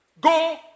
Go